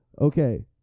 Okay